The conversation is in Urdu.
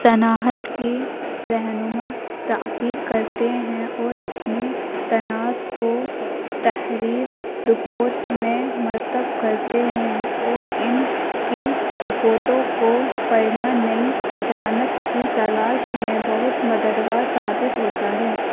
صناہت کی رہنما تعقیق کرتے ہیں اور اپنے تناس کو تحریر رپوٹ میں مرتب کرتے ہیں اور ان کی رپوٹوں کو پڑھنا نئی رجعنت کی تلاش میں بہت مددگار ثابت ہوتا ہے